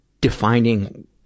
defining